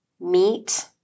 meat